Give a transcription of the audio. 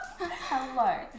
Hello